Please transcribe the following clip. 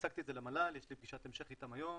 הצגתי את זה למל"ל, יש לי פגישת המשך איתם היום,